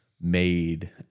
made